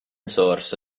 source